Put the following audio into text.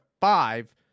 five